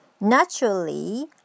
naturally